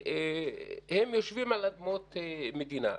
והם יושבים על אדמות מדינה.